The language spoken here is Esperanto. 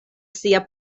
sia